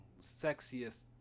sexiest